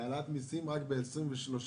והעלאת מיסים רק ב-2023.